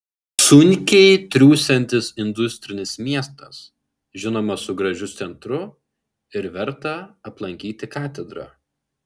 sunkiai triūsiantis industrinis miestas žinoma su gražiu centru ir verta aplankyti katedra